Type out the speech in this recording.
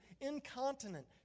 incontinent